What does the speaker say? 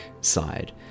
side